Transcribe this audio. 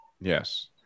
yes